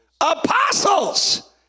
Apostles